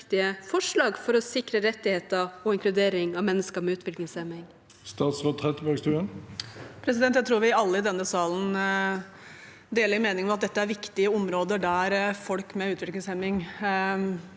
forslag for å sikre rettigheter til og inkludering av mennesker med utviklingshemming? Statsråd Anette Trettebergstuen Jeg tror vi alle i denne salen deler meningen om at dette er viktige områder der folk med utviklingshemming